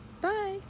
Bye